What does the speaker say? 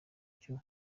cyo